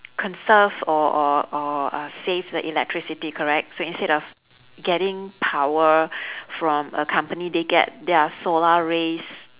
conserve or or or uh save the electricity correct so instead of getting power from a company they get their solar rays